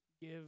give